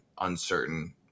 uncertain